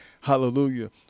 hallelujah